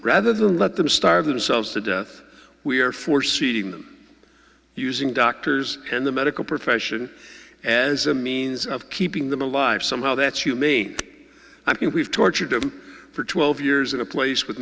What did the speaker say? rather than let them starve themselves to death we are foreseeing them using doctors and the medical profession as a means of keeping them alive somehow that's humane i mean we've tortured for twelve years in a place with